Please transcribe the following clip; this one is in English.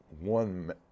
one